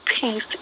peace